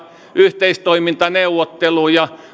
yhteistoimintaneuvotteluja mutta